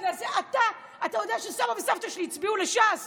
אתה יודע שסבתא וסבא שלי הצביעו לש"ס